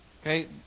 Okay